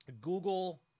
Google